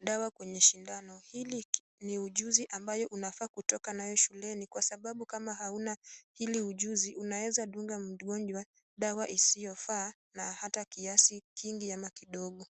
dawa kwenye sindano. Hili ni ujuzi ambayo unafaa kutoka nayo shuleni kwa sababu kama huna hili ujuzi unawezadunga mgonjwa dawa isiyofaa na hata kiasi kingi ama kidogo.